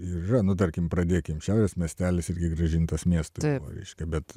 yra nu tarkim pradėkim šiaurės miestelis irgi grąžintas miestui tai logiška bet